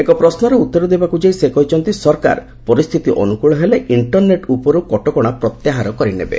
ଏକ ପ୍ରଶ୍ୱର ଉତ୍ତର ଦେବାକୁ ଯାଇ ସେ କହିଛନ୍ତି ସରକାର ପରିସ୍ଥିତି ଅନୁକ୍ରଳ ହେଲେ ଇଷ୍ଟରନେଟ୍ ଉପରୁ କଟକଶା ପ୍ରତ୍ୟାହାର କରିନେବେ